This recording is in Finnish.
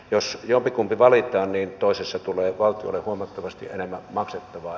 jos jompikumpi valitaan niin toisessa tulee valtiolle huomattavasti enemmän maksettavaa